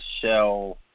shell